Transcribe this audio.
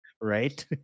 Right